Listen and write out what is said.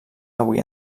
avui